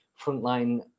frontline